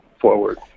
forward